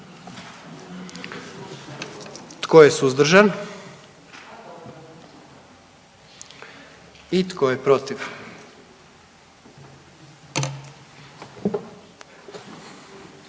Tko je suzdržan? I tko je protiv?